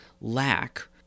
lack